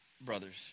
Brothers